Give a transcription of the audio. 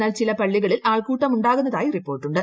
എന്നാൽ ചില പള്ളികളിൽ ആൾക്കൂട്ടമുണ്ടാകുന്നതായി റിപ്പോർട്ടുണ്ട്